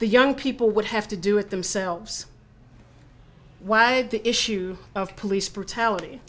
the young people would have to do it themselves why the issue of police brutality